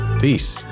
Peace